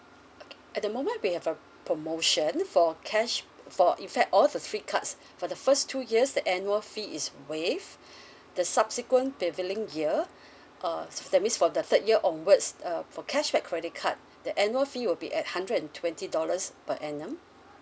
okay at the moment we have a promotion for cash for in fact all the three cards for the first two years the annual fee is waived the subsequent prevailing year uh that means for the third year onwards uh for cashback credit card the annual fee will be at hundred and twenty dollars per annum